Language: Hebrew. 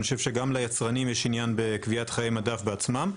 אני חושב שגם ליצרנים יש עניין בקביעת חיי מדף בעצמם,